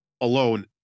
alone